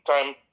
time